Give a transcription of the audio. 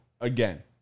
again